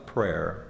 Prayer